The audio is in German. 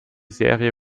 serie